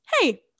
hey